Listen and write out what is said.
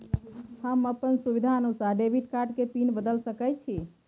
हम अपन सुविधानुसार डेबिट कार्ड के पिन बदल सके छि?